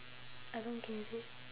I don't get it